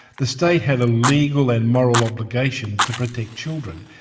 the state had a legal and moral obligation to protect children.